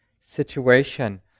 situation